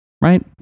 Right